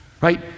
right